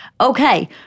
okay